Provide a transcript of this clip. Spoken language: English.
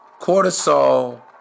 Cortisol